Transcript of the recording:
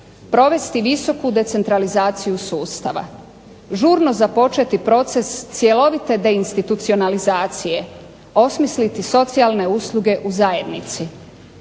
provesti visoku decentralizaciju sustava, žurno započeti proces cjelovite deinstitucionalizacije, osmisliti socijalne usluge u zajednici,